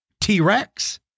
T-Rex